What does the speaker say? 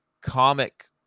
comic